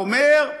הוא אומר: